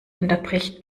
unterbricht